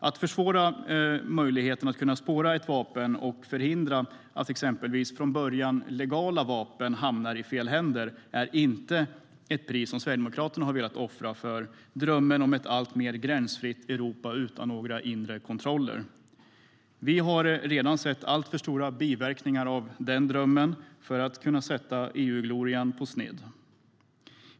Att försvåra möjligheterna att spåra vapen och förhindra att exempelvis från början legala vapen hamnar i fel händer är inte ett pris som Sverigedemokraterna har velat betala för drömmen om ett alltmer gränsfritt Europa utan några inre kontroller. Vi har redan sett biverkningar av den drömmen som är så stora att EU-glorian hamnar på sned.